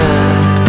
up